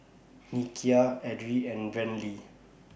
Nikia Edrie and Brantley